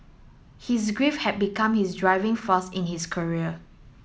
his grief had become his driving force in his career